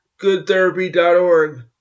GoodTherapy.org